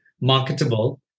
marketable